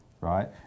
right